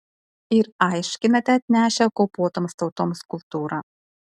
ir aiškinate atnešę okupuotoms tautoms kultūrą